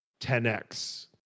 10x